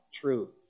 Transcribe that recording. truth